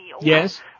Yes